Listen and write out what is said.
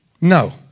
No